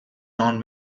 non